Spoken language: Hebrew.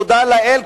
תודה לאל,